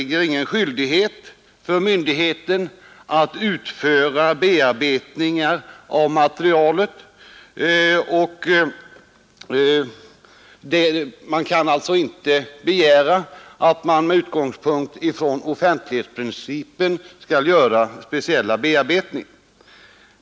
Någon skyldighet för myndighet att utföra bearbetningar av materialet kan enligt OSK inte härledas ur offentlighetsprincipen.